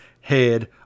head